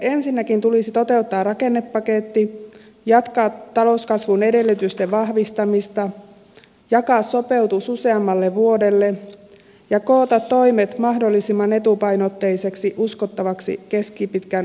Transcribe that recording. ensinnäkin tulisi toteuttaa rakennepaketti jatkaa talouskasvun edellytysten vahvistamista jakaa sopeutus useammalle vuodelle ja koota toimet mahdollisimman etupainotteiseksi uskottavaksi keskipitkän aikavälin ohjelmaksi